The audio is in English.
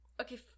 Okay